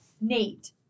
Nate